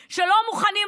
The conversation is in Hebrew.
חברי הכנסת, היום יום שני,